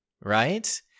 right